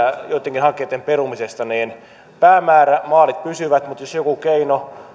joittenkin hankkeitten perumisesta niin päämäärä maalit pysyvät mutta jos joku keino